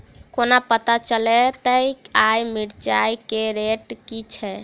कोना पत्ता चलतै आय मिर्चाय केँ रेट की छै?